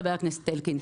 חבר הכנסת אלקין.